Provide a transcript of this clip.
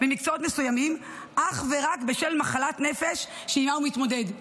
במקצועות מסוימים אך ורק בשל מחלת נפש שעימה הוא מתמודד.